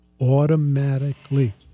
Automatically